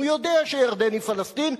היא יודע שירדן היא פלסטין,